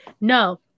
no